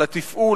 לתפעול,